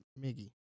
Miggy